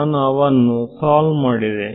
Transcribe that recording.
ನಾನು ಅವನ್ನು ಸೋಲ್ವ್ ಮಾಡಿದೆ